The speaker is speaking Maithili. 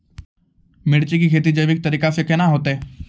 मिर्ची की खेती जैविक तरीका से के ना होते?